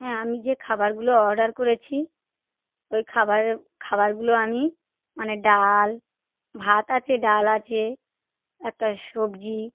হ্যাঁ আমি যে খাবারগুলো অর্ডার করেছি ওই খাবার খাবারগুলো আমি মানে ডাল ভাত আছে ডাল আছে একটা সবজি